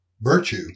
Virtue